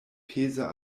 peza